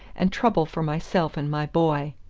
and trouble for myself and my boy.